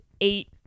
eight